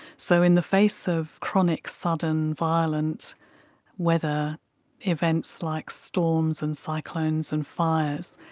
so in the face of chronic, sudden, violent weather events like storms and cyclones and fires,